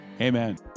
Amen